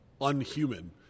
unhuman